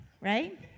right